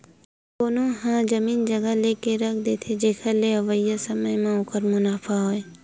कोनो ह जमीन जघा लेके रख देथे, जेखर ले अवइया समे म ओखर मुनाफा होवय